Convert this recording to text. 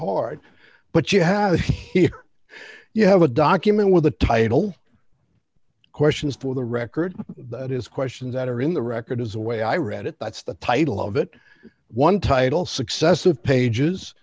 hard but you have here you have a document with the title questions for the record that is questions that are in the record as the way i read it that's the title of it one title successive pages